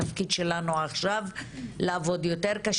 התפקיד שלנו עכשיו הוא לעבוד קשה יותר